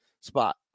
spot